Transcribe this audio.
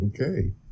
Okay